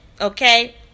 okay